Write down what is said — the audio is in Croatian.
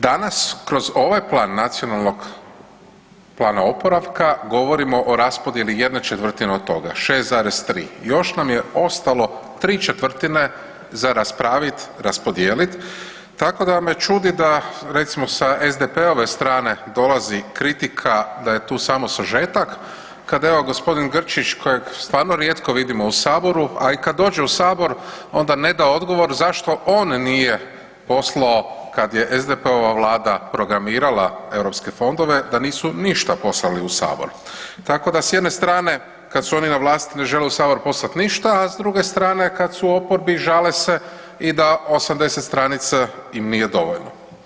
Danas kroz ovaj Nacionalni plan oporavka govorimo o raspodjeli jedne četvrtine od toga 6,3 i još nam je ostalo tri četvrtine za raspravit, raspodijelit tako da me čudi da recimo sa SDP-ove strane dolazi kritika da je tu samo sažetak kada evo g. Grčić kojeg stvarno rijetko vidimo u Saboru, a i kada dođe u Sabor onda ne da odgovor zašto on nije poslao kada je SDP-ova vlada programirala europske fondove da nisu ništa poslali u Sabor, tako da s jedne strane kada su oni na vlasti ne žele u Sabor poslati ništa, a s druge strane kad su u oporbi žale se i da 80 stranca im nije dovoljno.